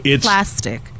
plastic